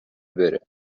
بره